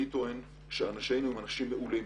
אני טוען שאנשינו הם אנשים מעולים,